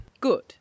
Good